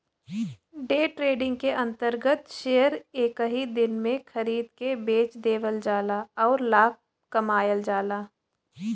day trading के अंतर्गत share एक ही दिन में खरीद के बेच देवल जाला आउर लाभ कमायल जाला